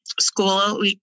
school